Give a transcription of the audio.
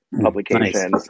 publications